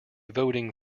voting